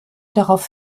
darauf